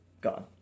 gone